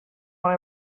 when